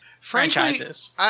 franchises